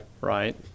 right